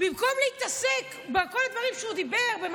במקום להתעסק בכל הדברים שהוא דיבר עליהם,